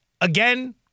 again